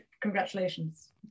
Congratulations